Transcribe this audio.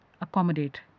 accommodate